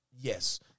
yes